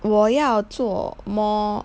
我要做 more